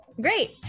Great